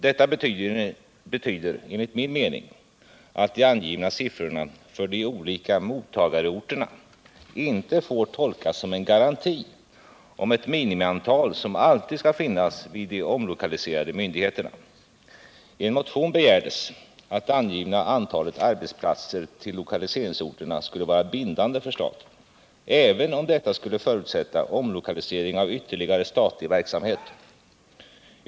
Detta betyder enligt min mening att de angivna siffrorna för de olika mottagarorterna inte får tolkas som en garanti om ett minimiantal som alltid skall finnas vid de omlokaliserade myndigheterna. I en motion begärdes att det angivna antalet arbetsplatser till lokaliseringsorterna skulle vara bindande för staten, även om detta skulle förutsätta omlokalisering av ytterligare statlig verksamhet.